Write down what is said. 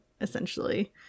Essentially